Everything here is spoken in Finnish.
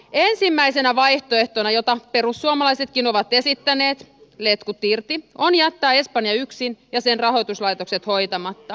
ensimmäisenä vaihtoehtona jota perussuomalaisetkin ovat esittäneet letkut irti on jättää espanja yksin ja sen rahoituslaitokset hoitamatta